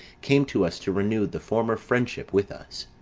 came to us to renew the former friendship with us.